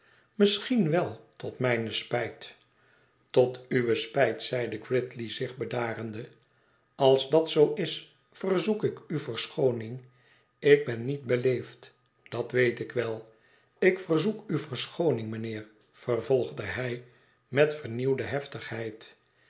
misschien wel tot mijne spijt tot uwe spijt zeide gridley zich bedarende als dat zoo is verzoek ik u verschooning ik ben niet beleefd dat weetik wel ik verzoek u verschooning mijnheer vervolgde hij met vernieuwde heftigheid